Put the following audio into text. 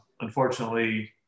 unfortunately